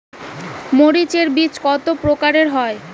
মরিচ এর বীজ কতো প্রকারের হয়?